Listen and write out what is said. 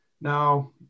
Now